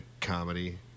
Comedy